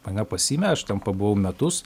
mane pasiėmė aš ten pabuvau metus